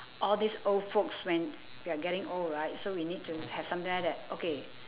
all these old folks when they're getting old right so we need to have some guideline that okay